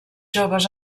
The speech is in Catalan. joves